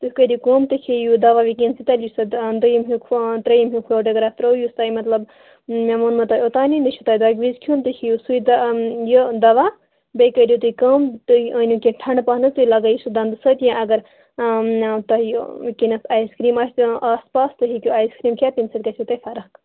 تُہۍ کٔرِو کٲم تُہۍ کھیٚیِو یہِ دواہ وُنکَٮ۪نسٕے یُس پتہٕ دوٚیُم ہِیٛوٗ کھٮ۪وان ترٛیٚیِم ہِیٛوٗ فوٹوٗگرٛاف ترٛووٕ یُس تۅہہِ مطلب مےٚ ووٚنمو تۅہہِ اُتانِی یہِ چھُو تۅہہِ دگہِ وِزِ کھٮ۪ون تُہۍ کھیٚیِو سُے دوا یہِ دوا بیٚیہِ کٔرِو تُہۍ کٲم تُہۍ أنِو کیٚنٛہہ ٹھنٛڈٕ پَہم تُہۍ لگٲوِو سُہ دَنٛدٕ سۭتۍ یا اگر تۅہہِ کِنۍ آیس کریٖم آسہِ آس پاس تُہۍ ہیٚکِو آیس کرٖیم کھٮ۪تھ تَمہِ سۭتۍ گژھوٕ تۅہہِ فَرق